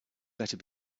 better